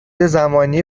زمانی